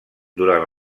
durant